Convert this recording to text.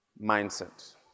mindset